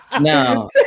no